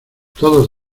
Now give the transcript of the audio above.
todos